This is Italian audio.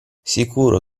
sicuro